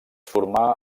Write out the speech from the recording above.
formà